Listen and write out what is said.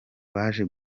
baje